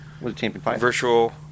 virtual